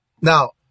Now